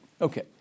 Okay